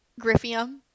Griffium